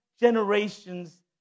Generations